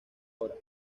ahora